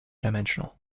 dimensional